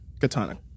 Katana